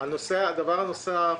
דבר נוסף.